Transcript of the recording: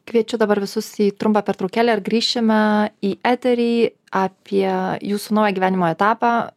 kviečiu dabar visus į trumpą pertraukėlę ar grįšime į eterį apie jūsų naują gyvenimo etapą